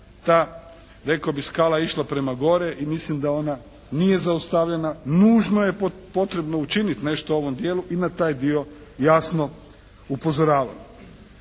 rekao bih išla prema gore i mislim da ona nije zaustavljena, nužno je potrebno učiniti nešto u ovom dijelu i na taj dio jasno upozoravam.